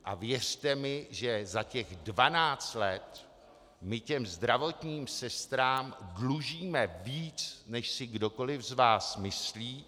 A věřte mi, že za těch 12 let my těm zdravotním sestrám dlužíme víc, než si kdokoli z vás myslí.